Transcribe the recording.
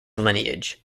lineage